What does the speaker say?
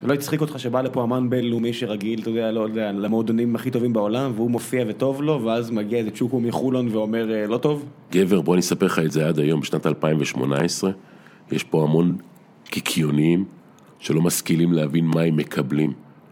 ולא הצחיק אותך שבא לפה אמן בינלאומי שרגיל, אתה יודע, לא יודע, למועדונים הכי טובים בעולם, והוא מופיע וטוב לו, ואז מגיע איזה צ'וקו מחולון ואומר, לא טוב? גבר, בואי אני אספר לך את זה עד היום, בשנת 2018, יש פה המון קיקיונים שלא משכילים להבין מה הם מקבלים.